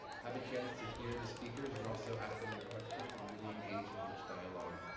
have a chance to hear the speakers, and also ask them your questions and really engage in rich dialogue.